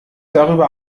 darüber